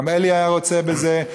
גם אלי היה רוצה בזה,